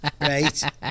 Right